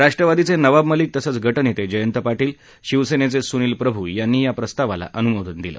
राष्ट्रवादीचे नवाब मलिक तसंच गटनेते जयंत पाटील शिवसेनेचे सुनिल प्रभू यांनी या प्रस्तावाला अनुमोदन दिलं